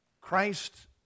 Christ